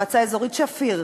מועצה אזורית שפיר,